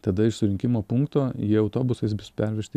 tada iš surinkimo punkto jie autobusais bus pervežti